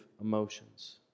emotions